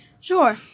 Sure